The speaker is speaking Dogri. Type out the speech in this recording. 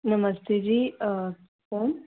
नमस्ते जी अ कु'न